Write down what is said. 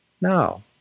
Now